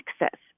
access